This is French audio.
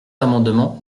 amendement